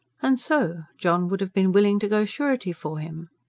and so john would have been willing to go surety for him!